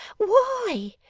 why,